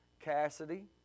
Cassidy